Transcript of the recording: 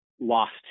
lost